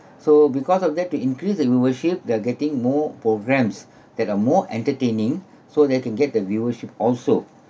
so because of that to increase the viewership they're getting more programmes that are more entertaining so they can get the viewership also